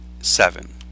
seven